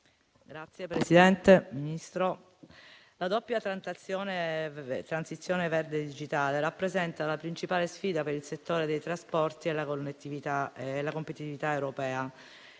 Signor Ministro, la doppia transizione verde-digitale rappresenta la principale sfida per il settore dei trasporti e la competitività europea.